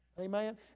Amen